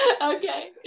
Okay